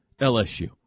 LSU